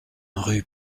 rue